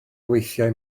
weithio